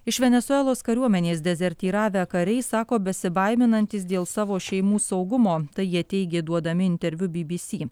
iš venesuelos kariuomenės dezertyravę kariai sako besibaiminantys dėl savo šeimų saugumo tai jie teigė duodami interviu bibisi